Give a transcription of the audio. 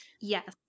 yes